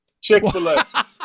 chick-fil-a